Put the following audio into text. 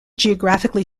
geographically